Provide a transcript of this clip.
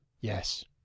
yes